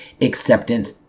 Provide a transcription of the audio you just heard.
acceptance